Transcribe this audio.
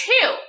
Two